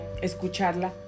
escucharla